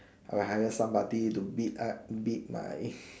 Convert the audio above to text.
I will hire somebody to beat up beat my